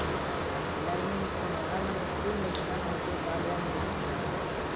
எல்லாரையுமே மிஸ் பண்ணுவோம் அதனால் நம்ம ஸ்கூல் லைஃப் தான் நமக்கு ஜாலியான லைஃப்